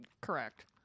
Correct